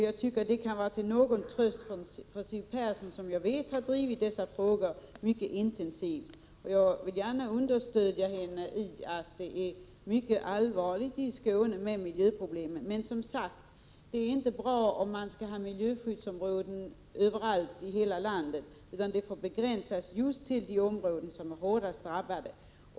Jag tycker att detta kan vara till någon tröst för Siw Persson, som jag vet har drivit dessa frågor mycket intensivt. Jag vill gärna ge henne mitt stöd för beskrivningen att miljöproblemen i Skåne är mycket allvarliga. Det vore inte bra om man hade miljöskyddsområden överallt i hela landet, utan dessa får begränsas till just de områden som är hårdast drabbade.